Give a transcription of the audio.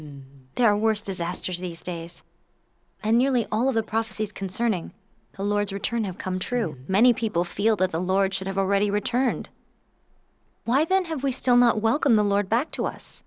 there are worse disasters these days and nearly all of the prophecies concerning the lord's return have come true many people feel that the lord should have already returned why then have we still not welcome the lord back to us